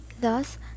Thus